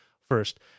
first